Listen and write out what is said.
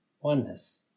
oneness